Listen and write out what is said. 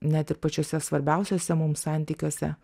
net ir pačiose svarbiausiuose mum santykiuose